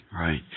right